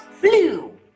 blue